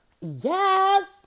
Yes